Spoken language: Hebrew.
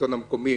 בשלטון המקומי.